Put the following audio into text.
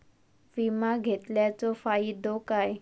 विमा घेतल्याचो फाईदो काय?